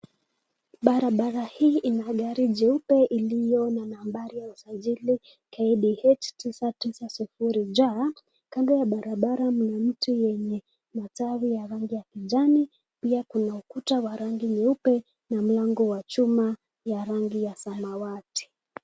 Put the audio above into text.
Barabara hii ina gari jeupe iliyo na nambari ya usajili KDH tisa tisa sifuri J, kando ya barabara kuna mti yenye matawi ya rangi ya kijani, pia kuna ukuta wa rangi nyeupe na mlango wa chuma ya rangi ya samawati.